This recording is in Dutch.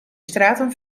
straten